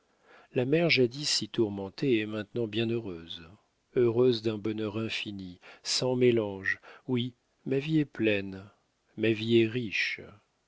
la mère jadis si tourmentée est maintenant bien heureuse heureuse d'un bonheur infini sans mélange oui ma vie est pleine ma vie est riche